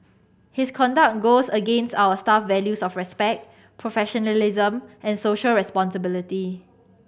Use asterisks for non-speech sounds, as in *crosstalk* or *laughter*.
his conduct *unintelligible* goes against our staff values of respect professionalism and social responsibility